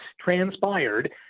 transpired